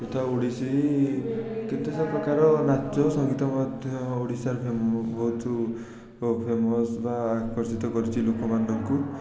ଯଥା ଓଡ଼ିଶୀ କେତେପ୍ରକାର ନାଚ ଓ ସଙ୍ଗୀତ ମଧ୍ୟ ଓଡ଼ିଶାର ଫେମ୍ ବହୁତ ଓ ଫେମସ୍ ବା ଆକର୍ଷିତ କରିଛି ଲୋକମାନଙ୍କୁ